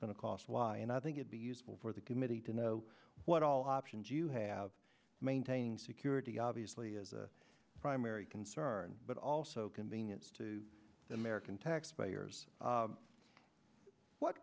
to cost y and i think it be useful for the committee to know what all options you have maintaining security obviously as a primary concern but also convenience to the american taxpayers what